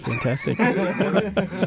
fantastic